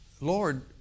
Lord